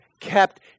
kept